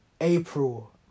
April